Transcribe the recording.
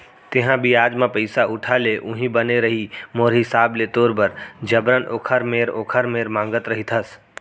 तेंहा बियाज म पइसा उठा ले उहीं बने रइही मोर हिसाब ले तोर बर जबरन ओखर मेर ओखर मेर मांगत रहिथस